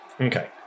Okay